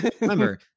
Remember